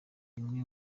rimwe